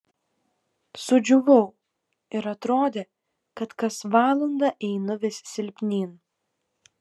sudžiūvau ir atrodė kad kas valandą einu vis silpnyn